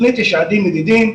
לתוכנית יש יעדים מדידים,